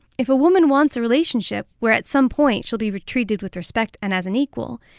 if a woman wants a relationship where at some point she'll be treated with respect and as an equal,